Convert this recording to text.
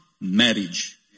marriage